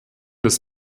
des